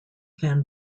van